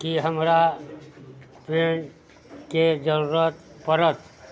कि हमरा पेन्टके जरूरत पड़त